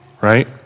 Right